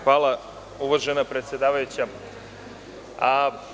Hvala, uvažena predsedavajuća.